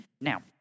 Now